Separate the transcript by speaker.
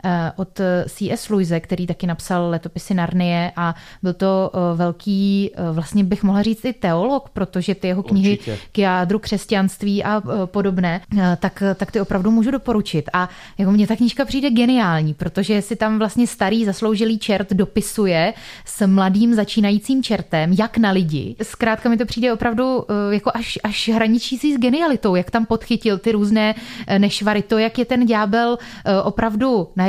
Speaker 1: eh, od, eh, C.S. Louise, který taky napsal Letopisy Narnie a byl to, eh, velký, eh, vlastně bych mohla říct i teolog, protože ty jeho knihy
Speaker 2: Určitě.
Speaker 1: k jádru křesťanství a, eh, podobné, eh, tak, eh, tak ty opravdu můžu doporučit. A jako mně ta knížka přijde geniální, protože si tam vlastně starý zasloužilý čert dopisuje s mladým začínajícím čertem, jak na lidi. Zkrátka mi to přijde opravdu, eh, jako až- až hraničící s genialitou, jak tam podchytil ty různé, eh, nešvary, to, jak je ten ďábel, eh, opravdu